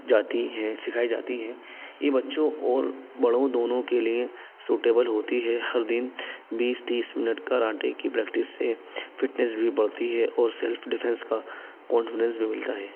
جاتی ہیں سکھائی جاتی ہیں یہ بچوں اور بڑوں دونوں کے لیے سوٹیبل ہوتی ہے ہر دن بیس تیس منٹ کرانٹے کی پریکٹس سے فٹنیس بھی بڑھتی ہے اور سیلف ڈیفینس کا کانفیڈینس بھی ملتا ہے